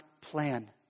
plan